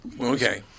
okay